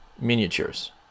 miniatures